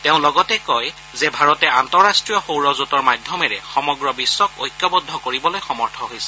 তেওঁ লগতে কয় যে ভাৰতে আন্তঃৰট্টীয় সৌৰজোঁটৰ মাধ্যমেৰে সমগ্ৰ বিশ্বক ঐক্যবদ্ধ কৰিবলৈ সমৰ্থ হৈছে